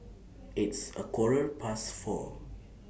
its A Quarter Past four